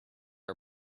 are